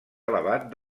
elevat